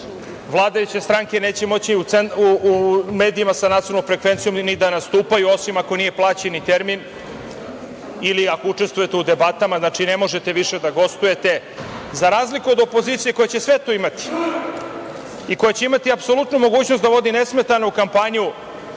vladajuće stranke neće moći u medijima sa nacionalnom frekvencijom ni da nastupaju, osim ako nije plaćeni termin ili ako učestvujete u debatama ne možete više da gostujete. Za razliku od opozicije koja će sve to imati i koja će imati apsolutnu mogućnost da vodi nesmetanu kampanju,